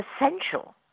essential